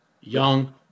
Young